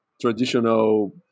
traditional